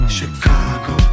Chicago